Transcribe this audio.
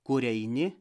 kur eini